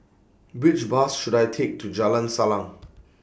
Which Bus should I Take to Jalan Salang